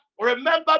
remember